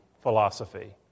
philosophy